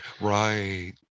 Right